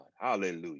Hallelujah